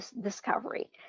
discovery